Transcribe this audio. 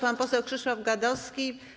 Pan poseł Krzysztof Gadowski.